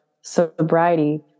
sobriety